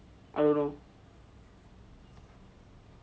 I don't know